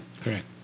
Correct